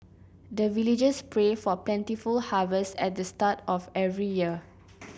the villagers pray for plentiful harvest at the start of every year